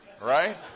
Right